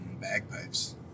bagpipes